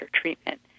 treatment